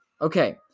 Okay